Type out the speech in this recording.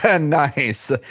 Nice